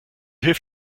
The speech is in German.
hilf